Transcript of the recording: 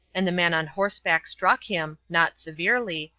and the man on horseback struck him, not severely,